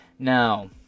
Now